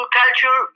culture